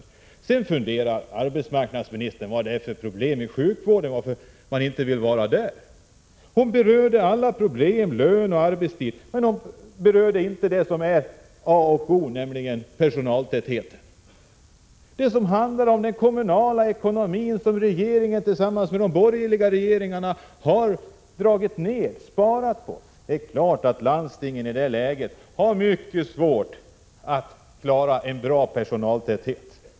25 mars 1987 Så funderar arbetsmarknadsministern över vad det är för problem i sjukvården och varför människor inte vill arbeta där. Hon berörde alla problem med lön och arbetstid men inte det som är A och O, nämligen personaltätheten. Det handlar om den kommunala ekonomin, som regeringen tillsammans med de borgerliga regeringarna har sparat på. Det är klart att landstingen i det läget har mycket svårt att klara en bra personaltäthet.